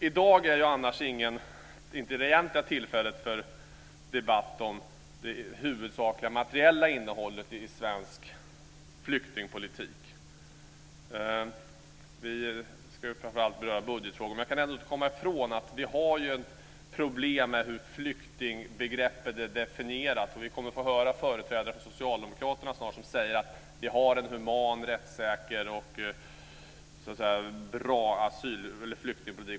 I dag är inte det egentliga tillfället för debatt om det huvudsakliga materiella innehållet i svensk flyktingpolitik. Vi ska ju framför allt beröra budgetfrågorna. Men jag kan ändå inte komma ifrån att vi har problem med hur flyktingbegreppet är definierat. Vi kommer snart att få höra företrädare för socialdemokraterna säga att vi har en human, rättssäker och bra flyktingpolitik.